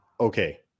okay